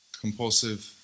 compulsive